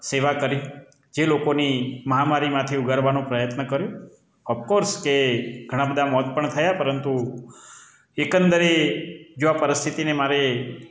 સેવા કરી જે લોકોની મહામારીમાંથી ઉગારવાનું પ્રયત્ન કર્યો અફકોર્સ કે ઘણા બધા મોત પણ થયા પરંતુ એકંદરે આ પરિસ્થિતિને જો મારે